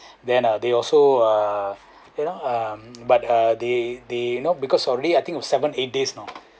then uh they also uh you know um but uh they they you know because already I think of seven eight days you know